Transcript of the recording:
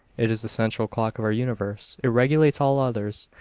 it is the central clock of our universe. it regulates all others.